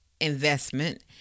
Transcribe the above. investment